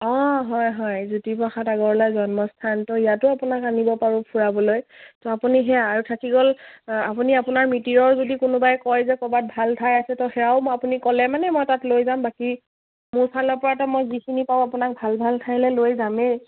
অঁ হয় হয় জ্যোতি প্ৰ্ৰসাদ আগৰৱালা জন্মস্থান ত' ইয়াতো আপোনাক আনিব পাৰোঁ ফুৰাবলৈ ত' আপুনি সেয়া আৰু থাকি গ'ল আপুনি আপোনাৰ মিতিৰৰ যদি কোনোবাই কয় যে ক'ৰবাত ভাল ঠাই আছে ত' সেয়াও মই আপুনি ক'লে মানে মই তাত লৈ যাম বাকী মোৰ ফালৰ পৰাটো মই যিখিনি পাৰোঁ আপোনাক ভাল ভাল ঠাইলে লৈ যামেই